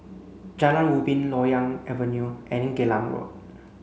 Jalan Ubin Loyang Avenue and Geylang Road